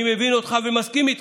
אני מבין אותך ומסכים איתך,